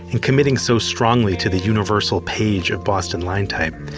in committing so strongly to the universal page of boston line type,